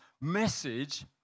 message